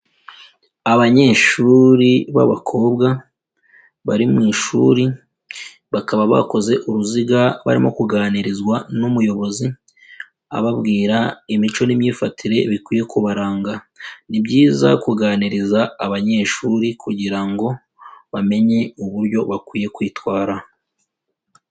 Abanyeshuri b'abakobwa bari mu ishuri bakaba bakoze uruziga barimo kuganirizwa n'umuyobozi ababwira imico n'imyifatire bikwiye kubaranga, ni byiza kuganiriza abanyeshuri kugira ngo bamenye uburyo bakwiye kwitwara.